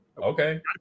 okay